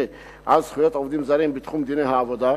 על זכויות עובדים זרים בתחום דיני העבודה.